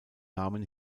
namen